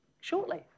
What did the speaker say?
shortly